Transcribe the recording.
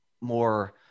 more